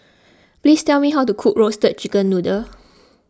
please tell me how to cook Roasted Chicken Noodle